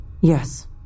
Yes